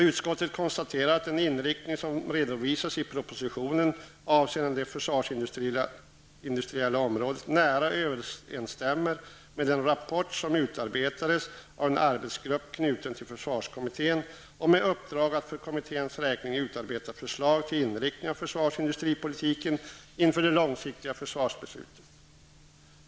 Utskottet konstaterar att den inriktning som redovisas i propositionen avseende det försvarsindustriella området nära överensstämmer med den rapport som utarbetades av en arbetsgrupp knuten till försvarskommittén med uppdrag att för kommitténs räkning utarbeta förslag till inriktning av försvarsindustripolitiken inför det långsiktiga försvarsbeslutet.